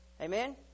Amen